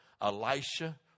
Elisha